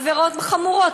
עבירות חמורות,